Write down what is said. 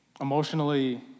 emotionally